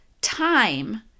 time